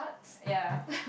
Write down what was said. ya